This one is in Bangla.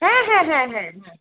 হ্যাঁ হ্যাঁ হ্যাঁ হ্যাঁ হ্যাঁ